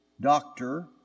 doctor